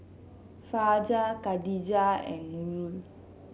Fajar Khadija and Nurul